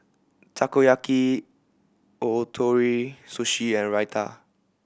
Takoyaki Ootoro Sushi and Raita